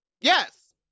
Yes